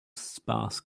sparse